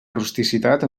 rusticitat